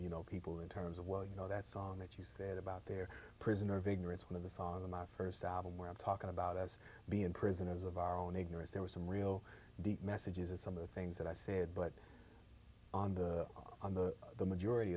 you know people in terms of well you know that song that you said about their prisoner of ignorance when the song my first album where i'm talking about as being prisoners of our own ignorance there were some real deep messages of some of the things that i said but on the on the majority